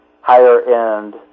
higher-end